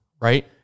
right